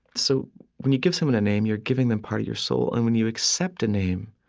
so when you give someone a name, you're giving them part of your soul. and when you accept a name,